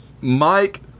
Mike